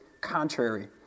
contrary